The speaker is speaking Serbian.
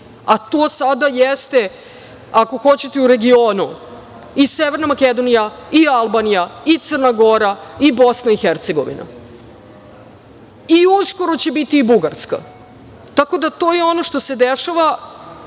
a to sada jeste, ako hoćete i u regionu, i Severna Makedonija i Albanija i Crna Gora i Bosna i Hercegovina. Uskoro će biti i Bugarska. Tako da to je ono što se dešava